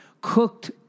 cooked